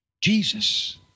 Jesus